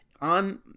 on